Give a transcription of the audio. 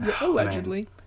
Allegedly